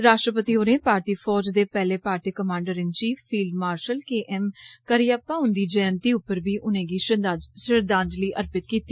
राश्ट्रपति होरें भारतीय फौज दे पैहले भारतीय commander in chief field marshal K M Cariappa उन्दी जयंति उप्पर बी उनेंगी श्रद्धांजलि अर्पित कीती